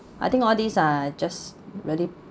I think all these ah just really